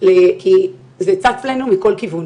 כי זה צץ לנו מכל כיוון.